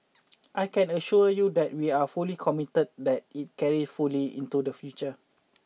I can assure you that we are fully committed that it carry fully into the future